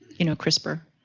you know, crisper.